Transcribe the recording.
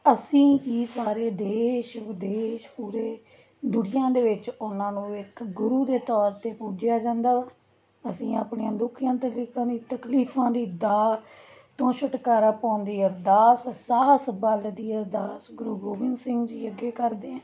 ਅਸੀਂ ਹੀ ਸਾਰੇ ਦੇਸ਼ ਵਿਦੇਸ਼ ਪੂਰੀ ਦੁਨੀਆਂ ਦੇ ਵਿੱਚ ਉਹਨਾਂ ਨੂੰ ਇੱਕ ਗੁਰੂ ਦੇ ਤੌਰ 'ਤੇ ਪੂਜਿਆ ਜਾਂਦਾ ਵਾ ਅਸੀਂ ਆਪਣੀਆਂ ਦੁਖੀਆਂ ਤਕਲੀਫਾਂ ਦੀ ਤਕਲੀਫਾਂ ਦੀ ਦਾਹ ਤੋਂ ਛੁਟਕਾਰਾ ਪਾਉਣ ਦੀ ਅਰਦਾਸ ਸਾਹਸ ਬਲ ਦੀ ਅਰਦਾਸ ਗੁਰੂ ਗੋਬਿੰਦ ਸਿੰਘ ਜੀ ਅੱਗੇ ਕਰਦੇ